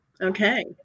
Okay